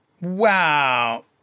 Wow